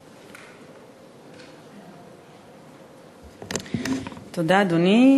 תודה, אדוני.